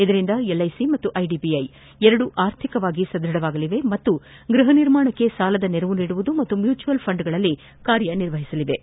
ಇದರಿಂದಾಗಿ ಎಲ್ಐಸಿ ಹಾಗು ಐದಿಬಿಐ ಎರಡೂ ಆರ್ಥಿಕವಾಗಿ ಸದ್ವಥವಾಗಲಿವೆ ಮತ್ತು ಗೃಹ ನಿರ್ಮಾಣಕ್ಕೆ ಸಾಲದ ನೆರವು ನೀಡುವುದು ಹಾಗೂ ಮ್ಯೂಚುಯಲ್ ಫೆಂಡ್ಗಳಲಿ ಕೆಲಸ ನಿರ್ವಹಿಸಲಿವೆ